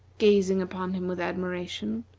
gazing upon him with admiration,